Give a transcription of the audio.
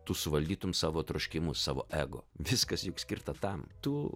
tu suvaldytum savo troškimus savo ego viskas juk skirta tam tu